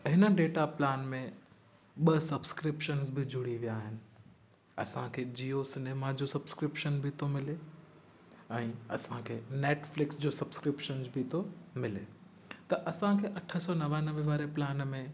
हिन data plan में ॿ सब्सक्रिप्शन बि जुड़ी विया आहिनि असांखे जीयो सिनेमा जो सब्सक्रिप्शन बि थो मिले ऐं असांखे नैटफिल्क्स जो सब्सक्रिप्शन बि थो मिले त असांखे अठ सौ नवानवे वारे प्लान में